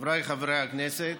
חבריי חברי הכנסת,